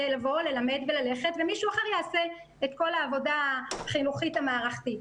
לבוא ללמד וללכת ומישהו אחר יעשה את כל העבודה החינוכית המערכתית.